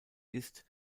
ist